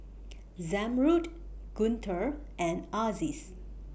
Zamrud Guntur and Aziz